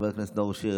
חבר הכנסת נאור שירי,